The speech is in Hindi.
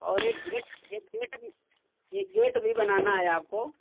और एक गेट एक गेट भी एक गेट भी बनाना है आपको